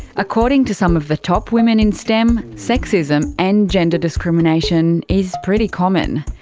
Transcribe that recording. according to some of the top women in stem, sexism and gender discrimination is pretty common.